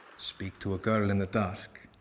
speak to a girl in the dark,